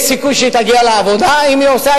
יש סיכוי שהיא תגיע לעבודה אם היא עושה